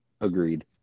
agreed